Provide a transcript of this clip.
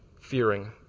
fearing